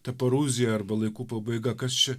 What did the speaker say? ta parūzija arba laikų pabaiga kas čia